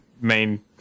main